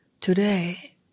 Today